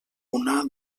una